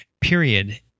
period